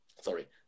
Sorry